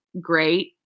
great